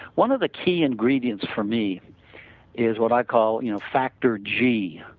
one of the key ingredients for me is what i call you know factor g,